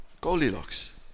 Goldilocks